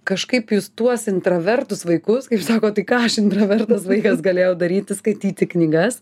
kažkaip jūs tuos intravertus vaikus kaip sakot tai ką aš intravertas vaikas galėjau daryti skaityti knygas